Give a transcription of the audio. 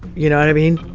you know what i mean?